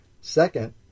Second